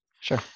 Sure